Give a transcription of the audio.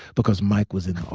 because mike was in